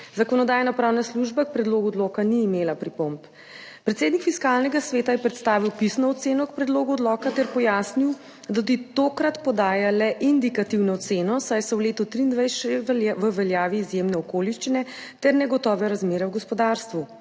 Zakonodajno-pravna služba k predlogu odloka ni imela pripomb. Predsednik Fiskalnega sveta je predstavil pisno oceno k predlogu odloka ter pojasnil, da tudi tokrat podaja le indikativno oceno, saj so v letu 2023 v veljavi izjemne okoliščine ter negotove razmere v gospodarstvu.